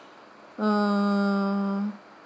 err